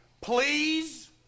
please